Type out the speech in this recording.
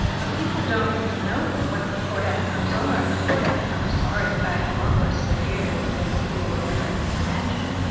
but people don't know what the court outcomes are. and the court outcomes are in fact a lot less severe than people would ever imagine.